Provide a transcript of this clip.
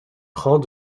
prend